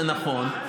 זה נכון.